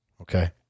okay